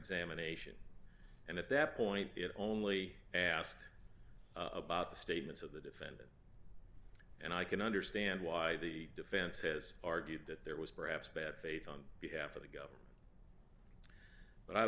examination and at that point it only asked about the statements of the defendant and i can understand why the defense says argued that there was perhaps bad faith on behalf of the governor but i